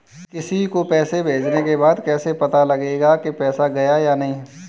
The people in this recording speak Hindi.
किसी को पैसे भेजने के बाद कैसे पता चलेगा कि पैसे गए या नहीं?